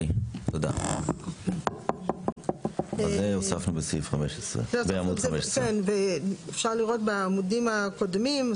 אז זה הוספנו בעמוד 15. ואפשר לראות בעמודים הקודמים,